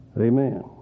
Amen